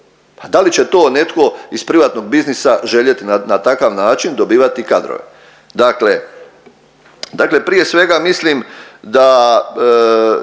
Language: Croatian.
da li će to netko iz privatnog biznisa željeti na takav način dobivati kadrove. Dakle, prije svega mislim da